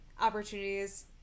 opportunities